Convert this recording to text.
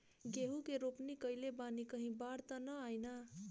गेहूं के रोपनी कईले बानी कहीं बाढ़ त ना आई ना?